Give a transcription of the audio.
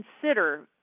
consider